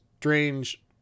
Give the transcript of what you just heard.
strange